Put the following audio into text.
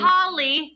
Holly